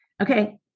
Okay